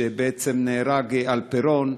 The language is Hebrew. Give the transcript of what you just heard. שבו בעצם נהרג אלפרון,